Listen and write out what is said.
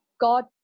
God